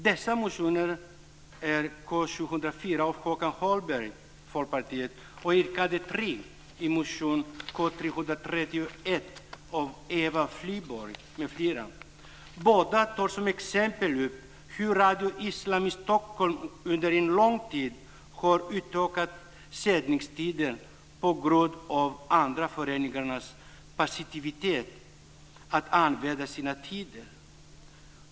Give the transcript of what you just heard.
Dessa motioner är K704 av Håkan Holmberg , och K331 - yrkande 3 - av Eva Flyborg m.fl. . I båda motionerna tar man som ett exempel upp hur Radio Islam i Stockholm under en lång tid har kunnat utöka sin sändningstid; detta på grund av de andra föreningarnas passivitet att använda sina tider.